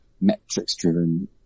metrics-driven